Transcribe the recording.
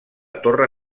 torre